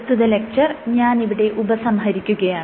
പ്രസ്തുത ലെക്ച്ചർ ഞാനിവിടെ ഉപസംഹരിക്കുകയാണ്